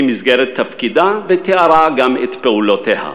במסגרת תפקידה, ותיארה גם את פעולותיה.